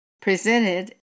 presented